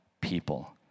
people